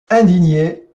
indignés